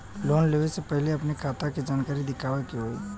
Loan लेवे से पहिले अपने खाता के जानकारी दिखावे के होई?